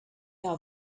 are